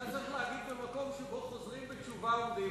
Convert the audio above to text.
אתה צריך להגיד: במקום שבו חוזרים בתשובה עומדים,